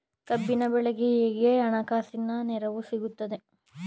ಕಬ್ಬಿನ ಬೆಳೆಗೆ ಹೇಗೆ ಹಣಕಾಸಿನ ನೆರವು ಸಿಗುತ್ತದೆ?